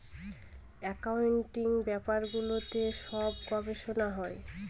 accounting ব্যাপারগুলোতে সব গবেষনা হয়